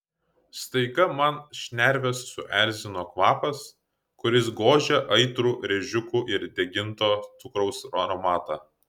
staiga man šnerves suerzino kvapas kuris gožė aitrų rėžiukų ir deginto cukraus aromatą